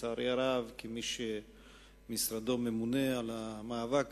לצערי הרב, כמי שמשרדו ממונה על המאבק